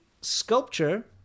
sculpture